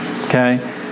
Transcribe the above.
okay